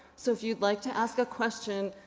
so if you'd like to ask a question,